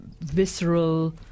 visceral